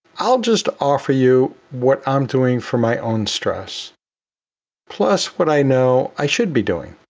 i'll just offer you what i'm doing for my own stress plus what i know i should be doing,